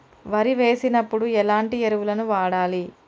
వరి వేసినప్పుడు ఎలాంటి ఎరువులను వాడాలి?